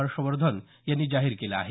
हर्षवर्धन यांनी जाहीर केलं आहे